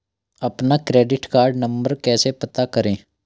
अपना credit card number कैसे पता करें?